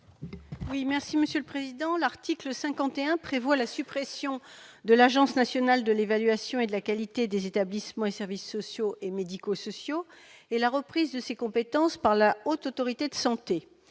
Laurence Cohen, sur l'article. L'article 51 prévoit la suppression de l'Agence nationale de l'évaluation et de la qualité des établissements et services sociaux et médico-sociaux, l'ANESM, et la reprise de ses compétences par la Haute Autorité de santé,